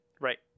Right